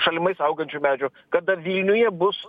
šalimais augančių medžių kada viliuje bus